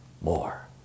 more